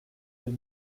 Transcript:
deux